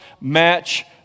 match